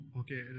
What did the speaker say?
okay